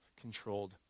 controlled